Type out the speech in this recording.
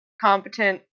competent